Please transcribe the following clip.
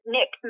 Nick